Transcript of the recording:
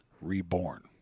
reborn